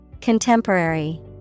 Contemporary